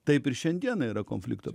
taip ir šiandieną yra konflikto